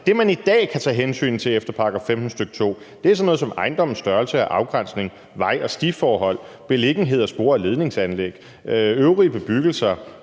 det, man i dag kan tage hensyn til efter § 15, stk. 2, er sådan noget som ejendommens størrelse og afgrænsning, vej- og stiforhold, beliggenhed og spor af ledningsanlæg, øvrige bebyggelser,